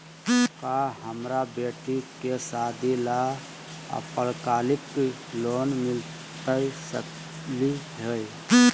का हमरा बेटी के सादी ला अल्पकालिक लोन मिलता सकली हई?